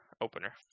opener